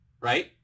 right